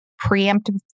preemptive